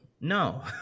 No